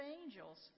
angels